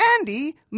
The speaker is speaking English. Andy